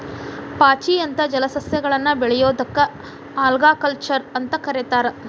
ಪಾಚಿ ಅಂತ ಜಲಸಸ್ಯಗಳನ್ನ ಬೆಳಿಯೋದಕ್ಕ ಆಲ್ಗಾಕಲ್ಚರ್ ಅಂತ ಕರೇತಾರ